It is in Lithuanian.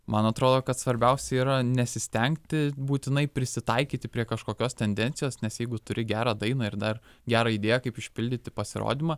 man atrodo kad svarbiausia yra nesistengti būtinai prisitaikyti prie kažkokios tendencijos nes jeigu turi gerą dainą ir dar gerą idėją kaip išpildyti pasirodymą